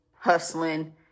hustling